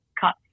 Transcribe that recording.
cut